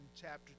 chapter